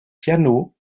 pianos